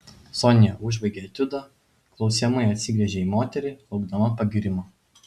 sonia užbaigė etiudą klausiamai atsigręžė į moterį laukdama pagyrimo